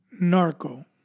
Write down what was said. narco